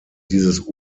dieses